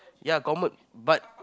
ya common but